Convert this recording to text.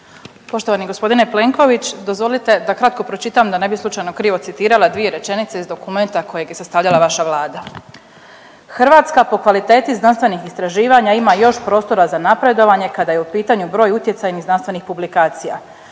Poštovani g. Plenković, dozvolite da kratko pročitam da ne bi slučajno krivo citirala dvije rečenice iz dokumenta kojeg je sastavljala vaša vlada. Hrvatska po kvaliteti znanstvenih istraživanja ima još prostora za napredovanje kada je u pitanju broj utjecajnih znanstvenih publikacija.